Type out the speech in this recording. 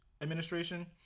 Administration